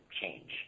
change